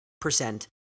percent